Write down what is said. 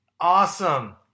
awesome